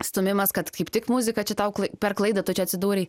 stūmimas kad kaip tik muzika čia tau per klaidą tu čia atsidūrei